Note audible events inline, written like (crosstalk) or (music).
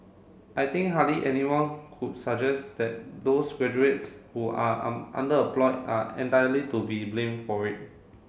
I think hardly anyone could suggest that those graduates who are (unintelligible) are entirely to be blame for it